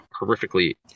horrifically